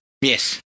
Yes